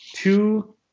Two